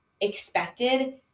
expected